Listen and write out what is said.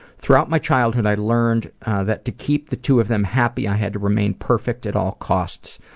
throughout my childhood, i learned that to keep the two of them happy, i had to remain perfect at all costs,